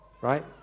right